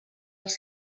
els